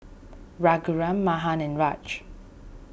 Raghuram Mahan and Raj